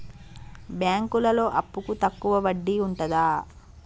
బ్యాంకులలో అప్పుకు తక్కువ వడ్డీ ఉంటదా?